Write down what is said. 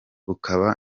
bukaba